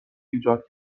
ایجاد